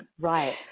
right